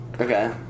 Okay